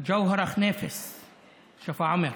ג'והרה ח'ניפס משפרעם,